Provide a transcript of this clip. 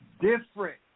different